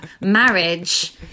Marriage